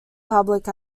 public